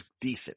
decent